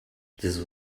this